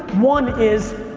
one is